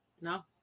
No